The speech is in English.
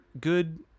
good